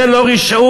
זה לא רשעות?